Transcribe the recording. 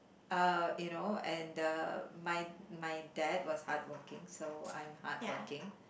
uh you know and uh my my dad was hardworking so I'm hardworking